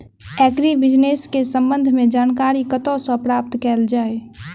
Agri business केँ संबंध मे जानकारी कतह सऽ प्राप्त कैल जाए?